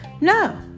No